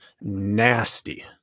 nasty